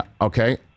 okay